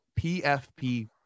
PFP